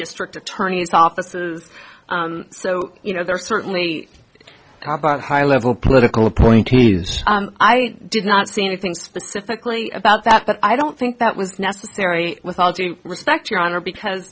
district attorney's offices so you know there are certainly high level political appointees i did not see anything specifically about that but i don't think that was necessary with all due respect your honor because